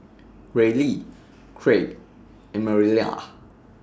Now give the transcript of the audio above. Ryley Kraig and Mariela